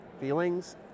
feelings